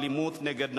באלימות נגד נשים.